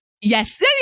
Yes